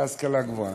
להשכלה גבוהה,